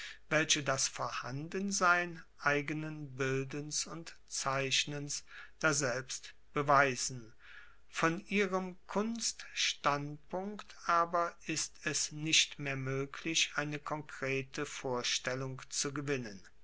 welche das vorhandensein eigenen bildens und zeichnens daselbst beweisen von ihrem kunststandpunkt aber ist es nicht mehr moeglich eine konkrete vorstellung zu gewinnen